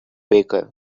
baker